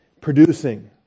producing